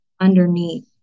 underneath